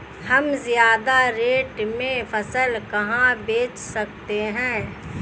हम ज्यादा रेट में फसल कहाँ बेच सकते हैं?